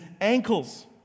ankles